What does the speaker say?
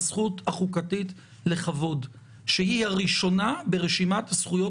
בזכות החוקתית לכבוד שהיא הראשונה ברשימת הזכויות